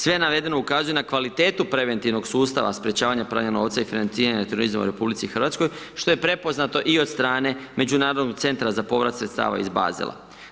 Sve navedeno ukazuje na kvalitetu preventivnog sustava sprječavanja pranja novca i financiranje terorizma u RH, što je prepoznato i od strane Međunarodnog centra za povrat sredstava iz Basela.